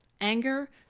Anger